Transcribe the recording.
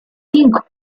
cinco